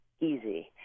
easy